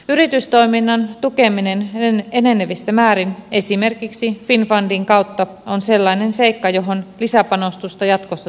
yritystoiminnan tukeminen enenevässä määrin esimerkiksi finnfundin kautta on sellainen seikka johon lisäpanostusta jatkossa tulisi pohtia